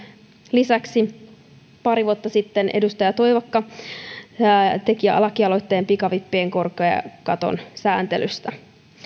lisäksi pari vuotta sitten edustaja toivakka teki lakialoitteen pikavippien korkokaton sääntelystä